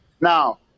Now